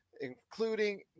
including